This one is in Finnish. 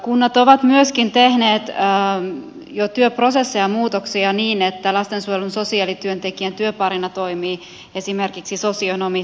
kunnat ovat myöskin tehneet jo työprosesseihin muutoksia niin että lastensuojelun sosiaalityöntekijän työparina toimii esimerkiksi sosionomi sosiaaliohjaaja